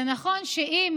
זה נכון שאם